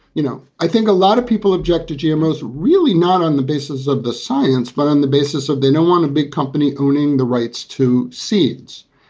you know, i think a lot of people objected. gmo was really not on the basis of the science, but on the basis of they don't want a big company owning the rights to seeds.